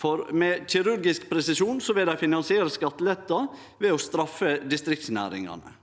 for med kirurgisk presisjon vil dei finansiere skattelettar ved å straffe distriktsnæringane: